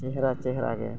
ᱪᱮᱨᱦᱟ ᱪᱮᱨᱦᱟ ᱜᱮ